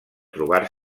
trobar